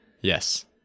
yes